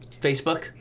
Facebook